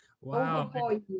Wow